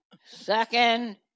Second